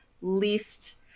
least